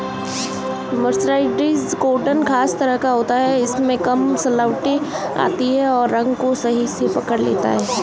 mercerised cotton खास तरह का होता है इसमें कम सलवटें आती हैं और रंग को सही से पकड़ लेता है